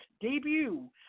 debut